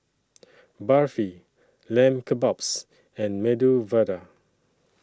Barfi Lamb Kebabs and Medu Vada